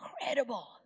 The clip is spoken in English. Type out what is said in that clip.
incredible